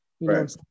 Right